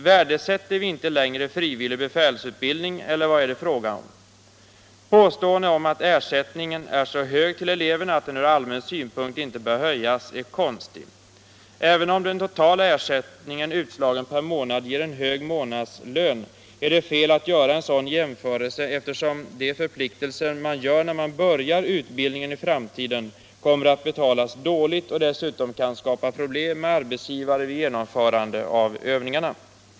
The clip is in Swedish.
Värdesätter vi inte längre frivillig befälsutbildning eller vad är det fråga om? Påståendet att ersättningen till eleverna är så hög att den från allmän synpunkt inte bör höjas är konstigt. Även om den totala ersättningen utslagen per månad ger en hög månadslön, är det fel att göra en sådan jämförelse, eftersom de förpliktelser som man gör när man börjar utbildningen kommer att betalas dåligt i framtiden och dessutom kan skapa problem med arbetsgivare vid genomförande av övningarna.